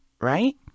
right